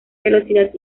velocidad